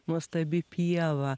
nuostabi pieva